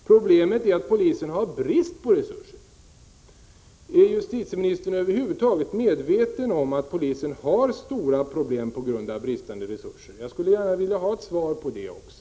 Problemet är att polisen har brist på resurser. Är justitieministern över huvud taget medveten om att polisen har stora problem på grund av bristande resurser? Jag skulle gärna vilja ha svar på det också.